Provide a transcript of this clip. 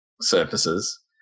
surfaces